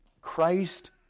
Christ